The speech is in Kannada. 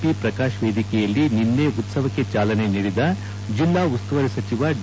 ಪಿ ಪ್ರಕಾಶ್ ವೇದಿಕೆಯಲ್ಲಿ ನಿನ್ನೆ ಉತ್ಸವಕ್ಕೆ ಚಾಲನೆ ನೀಡಿದ ಜಿಲ್ಲಾ ಉಸ್ತುವಾರಿ ಸಚಿವ ಸಚಿವ ಡಿ